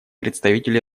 представитель